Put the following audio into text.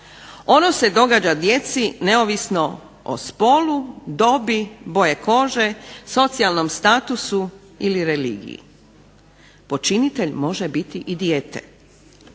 Ono se događa djeci neovisno o spolu, dobi, boje kože, socijalnom statusu ili religiji, počinitelj može biti i dijete.